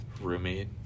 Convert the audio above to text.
roommate